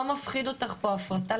לא מפחיד אותך פה ההפרטה,